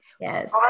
yes